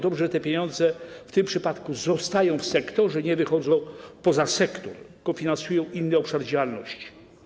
Dobrze, że te pieniądze w tym przypadku zostają w sektorze, nie wychodzą poza sektor, tylko finansują inny obszar działalności.